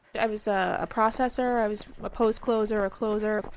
i was a a processor. i was a post closer, a closer,